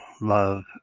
love